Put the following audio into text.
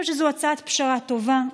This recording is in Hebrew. אני חושבת שזאת הצעת פשרה טובה.